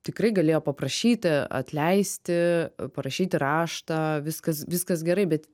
tikrai galėjo paprašyti atleisti parašyti raštą viskas viskas gerai bet